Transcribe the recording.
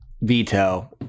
veto